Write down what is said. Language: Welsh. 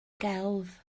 gelf